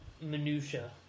minutia